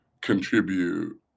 contribute